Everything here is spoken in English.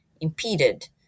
impeded